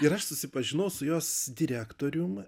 ir aš susipažinau su jos direktorium